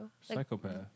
psychopath